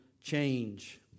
change